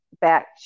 back